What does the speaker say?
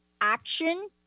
action